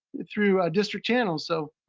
through district channels. so